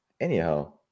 anyhow